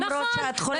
למרות שאת חולקת בגישה,